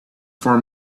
for